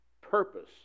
purpose